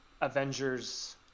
Avengers